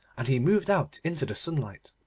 and he moved out into the sunlight.